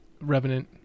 revenant